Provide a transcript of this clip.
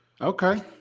Okay